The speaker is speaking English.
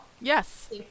yes